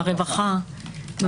לרווחה,